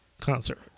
concert